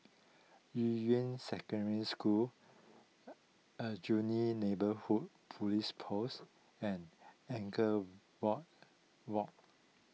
Yuying Secondary School Aljunied Neighbourhood Police Post and Anchorvale Walk Walk